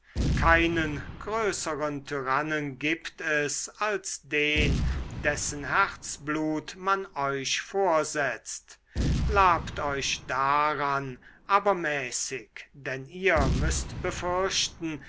keinen größeren tyrannen gibt es als den dessen herzblut man euch vorsetzt labt euch daran aber mäßig denn ihr müßt befürchten